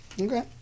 Okay